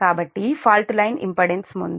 కాబట్టి fault line impedance ముందు reactance 0